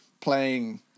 playing